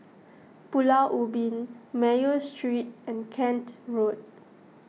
Pulau Ubin Mayo Street and Kent Road